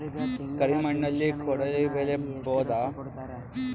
ಕರಿ ಮಣ್ಣಲಿ ಕಡಲಿ ಬೆಳಿ ಬೋದ?